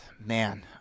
man